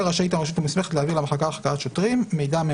יכולה או רשאית הרשות המוסמכת להביא